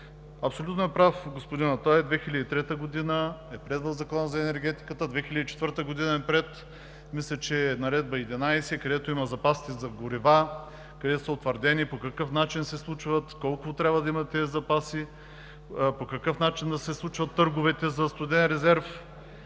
Абсолютно е прав господин Аталай – 2003 г. е влязъл Законът за енергетиката, 2004 г. е приета, мисля, че Наредба № 11, където са запасите за горива и където са утвърдени, по какъв начин се случват, колко трябва да има от тези запаси, по какъв начин да се случват търговете за студен резерв,